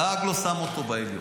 דאג לו, שם אותו בעליון.